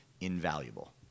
invaluable